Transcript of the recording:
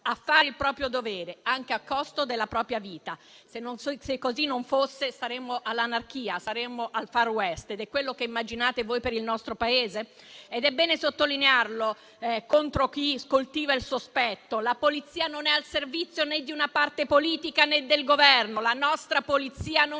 a fare il proprio dovere, anche a costo della propria vita. Se così non fosse, saremmo all'anarchia, al *far west*: e è quello che immaginate voi per il nostro Paese? È bene sottolineare, contro chi coltiva il sospetto, che la Polizia non è al servizio né di una parte politica né del Governo; la nostra Polizia non